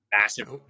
Massive